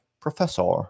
professor